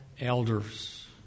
elders